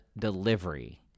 delivery